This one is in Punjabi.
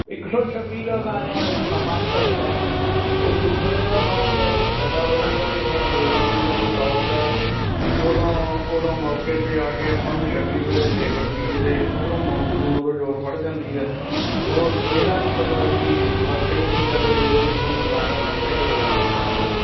ਇੱਕ ਸੌ ਛੱਬੀ ਦਾ ਤਾਂ ਐਂ ਆ ਸਮਾਂ ਘੱਟ ਹੈ ਉਹ ਦੂਸਰੇ ਦਾ ਲਾਉਣ ਦਾ ਇਹ ਫਾਇਦਾ ਹੋ ਜਾਂਦਾ ਵੀ ਹੁਣ ਲੇਬਰ ਲੁਬਰ ਦੀ ਸੌਖ ਹੈ ਉਦੋਂ ਉਦੋਂ ਮੌਕੇ 'ਤੇ ਆ ਕੇ ਆਪਾਂ ਨੂੰ ਛੱਬੀ ਵੇਲੇ ਲੇਬਰ ਦੀ ਤਾਂ ਉੱਧਰੋਂ ਮੌਨਸੂਨ ਉਦੋਂ ਜ਼ੋਰ ਫੜ ਜਾਂਦੀ ਹੈ ਉਹ ਇਹਦਾ ਨਹੀਂ ਪਤਾ ਵੀ ਵਰਖਾ ਹੀ ਇੰਨੀ ਜ਼ਿਆਦਾ ਹੋ ਜੇ ਵੀ ਤੁਹਾਨੂੰ ਲਾਉਂਦਿਆ ਲਾਉਂਦਿਆ ਹੀ ਰੋਕ ਦੇਵੇ ਪੰਜ ਦਿਨ